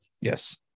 Yes